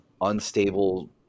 unstable